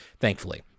thankfully